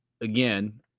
again